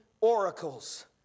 oracles